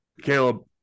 caleb